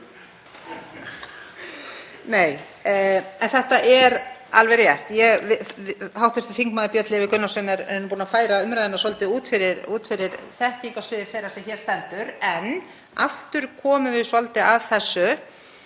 Nei, en þetta er alveg rétt. Hv. þm. Björn Leví Gunnarsson er búinn að færa umræðuna svolítið út fyrir þekkingarsvið þeirrar sem hér stendur en aftur komum við að þessu,